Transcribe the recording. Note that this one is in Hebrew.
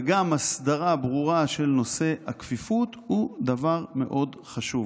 וגם הסדרה ברורה של נושא הכפיפות הוא דבר מאוד חשוב.